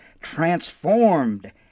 transformed